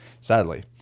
Sadly